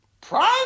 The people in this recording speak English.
Prime